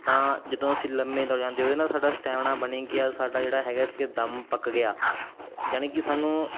ਤਾਂ ਜਦੋਂ ਅਸੀਂ ਲੰਮੇ ਦੌੜਦੇ ਜਾਂਦੇ ਉਹਦੇ ਨਾਲ ਸਾਡਾ ਸਟੈਮੀਨਾ ਬਣੀ ਗਿਆ ਸਾਡਾ ਜਿਹੜਾ ਹੈਗਾ ਸੀਗਾ ਦਮ ਪੱਕ ਗਿਆ ਯਾਨੀ ਕਿ ਸਾਨੂੰ